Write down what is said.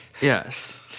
Yes